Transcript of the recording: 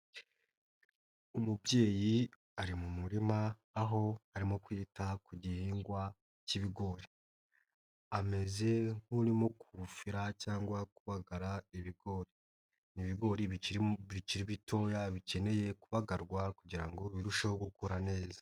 Umubyeyi ari mu murima aho arimo kwita ku gihingwa k'ibigori, ameze nk'urimo kufira cyangwa kubagara ibigori, ni ibigori bikiri bitoya bikeneye kubagarwa kugira ngo birusheho gukura neza.